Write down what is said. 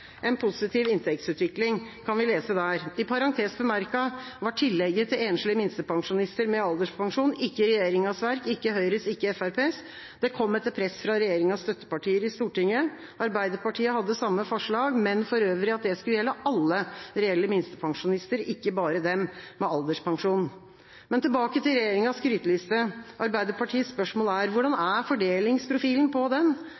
en positiv inntektsutvikling, kan vi lese der. I parentes bemerket var tillegget til enslige minstepensjonister med alderspensjon ikke regjeringas verk, ikke Høyres verk, ikke Fremskrittspartiets verk, det kom etter press fra regjeringas støttepartier i Stortinget. Arbeiderpartiet hadde samme forslag, men for øvrig at det skulle gjelde alle reelle minstepensjonister, ikke bare dem med alderspensjon. Men tilbake til regjeringas skryteliste – Arbeiderpartiets spørsmål er: Hvordan er fordelingsprofilen på den?